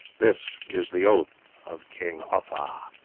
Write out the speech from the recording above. this is the oath of king uffa.